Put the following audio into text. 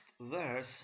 verse